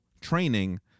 training